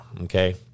okay